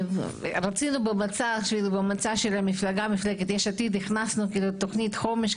במצע של מפלגת יש עתיד הכנסנו תוכנית חומש,